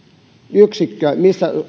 yksikkö missä